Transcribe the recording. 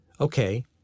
okay